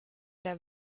der